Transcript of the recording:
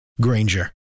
Granger